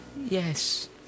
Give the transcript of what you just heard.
Yes